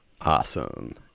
awesome